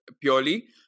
purely